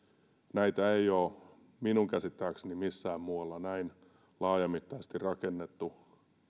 näitä ei ole minun käsittääkseni missään muualla näin laajamittaisesti rakennettu